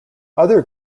other